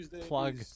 Plug